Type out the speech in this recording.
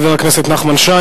חבר הכנסת נחמן שי.